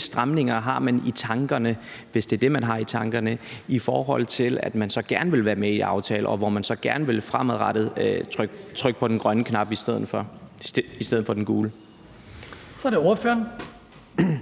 stramninger har man i tankerne, hvis det er det, man har i tankerne – i forhold til at man gerne vil være med i aftalen, og i forhold til at man gerne fremadrettet vil trykke på den grønne knap i stedet for på den gule? Kl. 15:05 Den